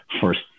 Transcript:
first